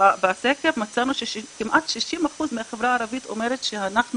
בסקר מצאנו שכמעט 60% מהחברה הערבית אומרים שהם